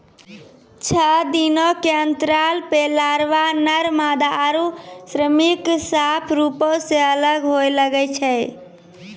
छः दिनो के अंतराल पे लारवा, नर मादा आरु श्रमिक साफ रुपो से अलग होए लगै छै